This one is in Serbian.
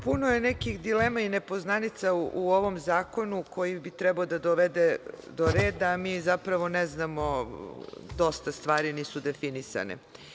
Puno je nekih dilema i nepoznanica u ovom zakonu koji bi trebao da dovede do reda, a mi zapravo ne znamo, dosta stvari nisu definisane.